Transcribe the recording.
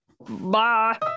Bye